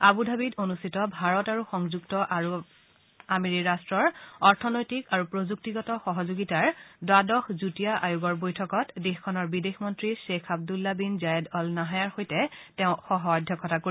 আবু ধাবিত অনুষ্ঠিত ভাৰত আৰু সংযুক্ত আৰব আমিৰী ৰট্টৰ অৰ্থনৈতিক আৰু প্ৰযুক্তিগত সহযোগিতাৰ দ্বাদশ যুটীয়া আয়োগৰ বৈঠকত দেশখনৰ বিদেশ মন্ত্ৰী Sheikh Abdullah bin Zayed Al নাহায়াৰ সৈতে তেওঁ সহ অধ্যক্ষতা কৰিব